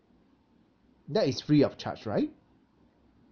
that is free of charge right